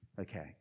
Okay